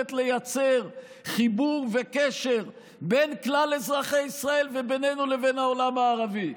ביכולת לייצר חיבור וקשר בין כלל אזרחי ישראל ובינינו לבין העולם הערבי.